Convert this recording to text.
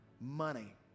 money